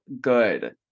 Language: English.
good